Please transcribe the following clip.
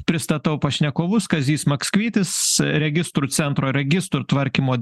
pristatau pašnekovus kazys makskvytis registrų centro registrų tvarkymo